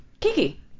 Kiki